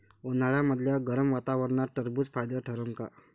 उन्हाळ्यामदल्या गरम वातावरनात टरबुज फायद्याचं ठरन का?